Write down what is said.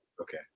Okay